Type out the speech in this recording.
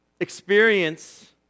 experience